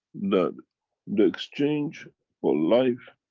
that the exchange but life